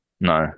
No